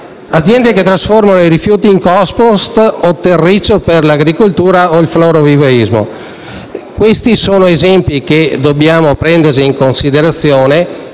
aziende che trasformano i rifiuti in *compost* o terriccio per l'agricoltura o il florovivaismo. Questi sono esempi che dobbiamo prendere in considerazione